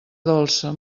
dolça